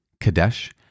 Kadesh